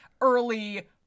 early